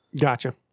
gotcha